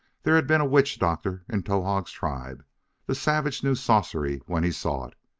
there had been a witch-doctor in towahg's tribe the savage knew sorcery when he saw it.